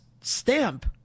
stamp